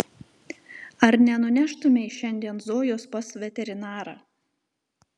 ar nenuneštumei šiandien zojos pas veterinarą